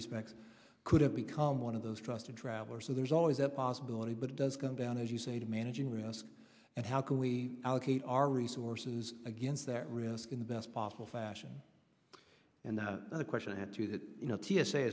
respects could have become one of those trusted traveler so there's always that possibility but it does come down as you say to managing risk and how can we allocate our resources against that risk in the best possible fashion and the other question i had to that you know t